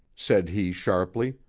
said he sharply.